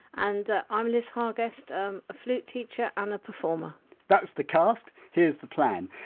and i'm liz hargest um a flute teacher and a performer that's the cast. here's the plan.